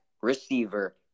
receiver